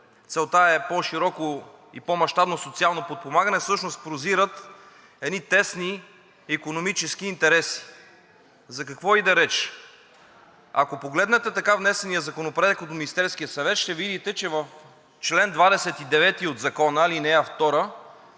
целта е по-широко и по-мащабно социално подпомагане, а всъщност прозират едни тесни икономически интереси. За какво иде реч? Ако погледнете така внесения Законопроект от Министерския съвет, ще видите, че в чл. 29, ал. 2 от Закона се